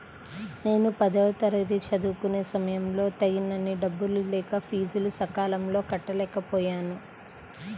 నేను పదవ తరగతి చదువుకునే సమయంలో తగినన్ని డబ్బులు లేక ఫీజులు సకాలంలో కట్టలేకపోయాను